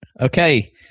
Okay